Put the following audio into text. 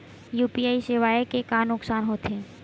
UPI सेवाएं के का नुकसान हो थे?